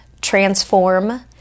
Transform